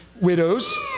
widows